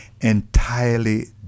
entirely